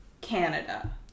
Canada